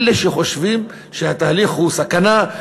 אלה שחושבים שהתהליך הוא סכנה,